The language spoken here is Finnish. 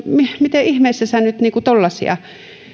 miten ihmeessä sinä nyt tuollaisia tyttö vastasi